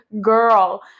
Girl